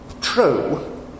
true